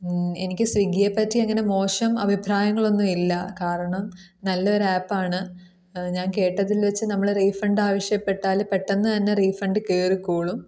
എനിക്ക് സ്വിഗ്ഗിയെ പറ്റി അങ്ങനെ മോശം അഭിപ്രായങ്ങളൊന്നും ഇല്ല കാരണം നല്ല ഒരു ആപ്പ് ആണ് ഞാൻ കേട്ടതിൽ വെച്ച് നമ്മൾ റീഫണ്ട് ആവശ്യപ്പെട്ടാൽ പെട്ടെന്ന് തന്നെ റീഫണ്ട് കയറിക്കോളും